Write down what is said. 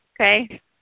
okay